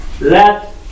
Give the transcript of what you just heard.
Let